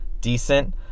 decent